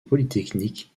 polytechnique